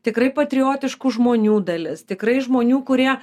tikrai patriotiškų žmonių dalis tikrai žmonių kurie